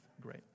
Great